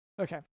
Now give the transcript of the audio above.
Okay